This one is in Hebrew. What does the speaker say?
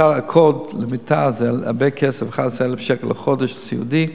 קוד למיטה זה הרבה כסף, 11,000 שקל לחודש סיעודי.